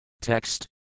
Text